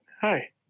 hi